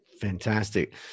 Fantastic